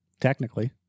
Technically